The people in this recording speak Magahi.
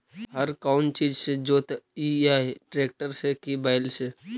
हर कौन चीज से जोतइयै टरेकटर से कि बैल से?